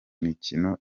mikino